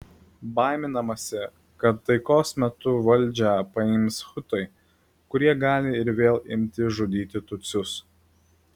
baiminamasi kad taikos metu valdžią paims hutai kurie gali ir vėl imti žudyti tutsius